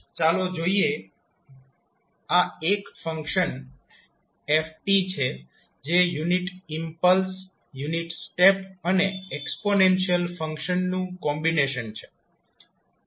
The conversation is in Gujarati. ચાલો જોઈએ આ એક ફંક્શન f છે જે યુનિટ ઈમ્પલ્સ યુનિટ સ્ટેપ અને એક્સપોનેન્શીયલ ફંક્શન નું કોમ્બિનેશન છે